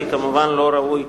כי כמובן לא ראוי,